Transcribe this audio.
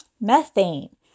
methane